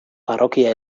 parrokia